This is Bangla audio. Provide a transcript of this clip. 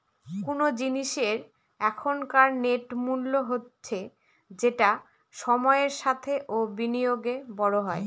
কোন জিনিসের এখনকার নেট মূল্য হচ্ছে যেটা সময়ের সাথে ও বিনিয়োগে বড়ো হয়